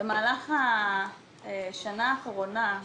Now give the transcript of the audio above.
במהלך השנה האחרונה,